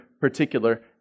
particular